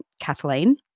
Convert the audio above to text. Kathleen